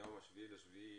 היום ה-7 ביולי 2020,